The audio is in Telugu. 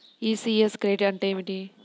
ఈ.సి.యస్ క్రెడిట్ అంటే ఏమిటి?